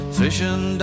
fishing